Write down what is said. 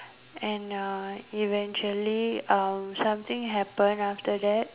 and uh eventually uh something happen after that